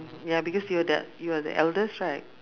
ya because you're the you're the eldest right